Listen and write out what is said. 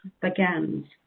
begins